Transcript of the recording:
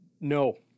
No